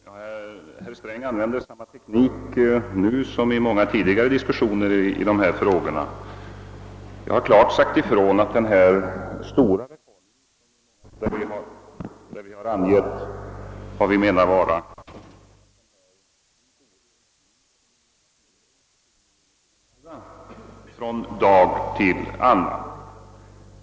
Herr talman! Herr Sträng använder samma teknik som i många tidigare diskussioner i dessa frågor. Jag har klart sagt ifrån att den stora reformen — vi har angett det mål som vi strävar emot — inte kan genomföras från en dag till en annan.